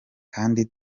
kandi